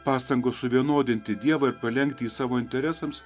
pastangos suvienodinti dievą ir palenkti jį savo interesams